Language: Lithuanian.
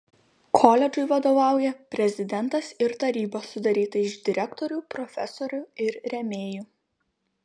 koledžui vadovauja prezidentas ir taryba sudaryta iš direktorių profesorių ir rėmėjų